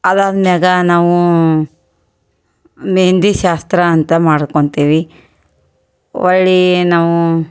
ಅದು ಆದ ಮ್ಯಾಲ ನಾವು ಮೆಹೆಂದಿ ಶಾಸ್ತ್ರ ಅಂತ ಮಾಡ್ಕೊಳ್ತೀವಿ ಹೊಳ್ಳೀ ನಾವು